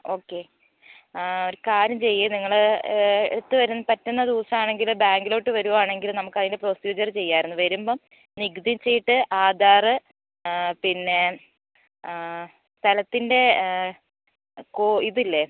okay ഒരു കാര്യം ചെയ്യ് നിങ്ങൾ എഴുത്തുവരാൻ പറ്റുന്ന ദിവസമാണെങ്കിൽ ബാങ്കിലോട്ട് വരുവാണെങ്കിൽ നമുക്ക് അതിൻ്റെ പ്രൊസീജിയർ ചെയ്യാമായിരുന്നു വരുമ്പം നികുതി ചീട്ട് ആധാർ പിന്നെ സ്ഥലത്തിൻ്റെ കോ ഇതില്ലേ